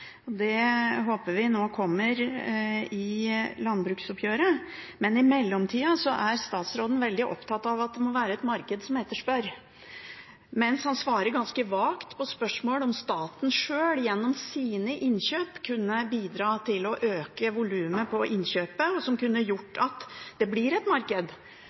og nært, så det er behov for nye tiltak. Det håper vi kommer i forbindelse med landbruksoppgjøret. I mellomtida er statsråden veldig opptatt av at det må være et marked som etterspør – mens han svarer ganske vagt på spørsmål om staten sjøl, gjennom sine innkjøp, kan bidra til å øke innkjøpsvolumet, som kunne ført til at det blir et marked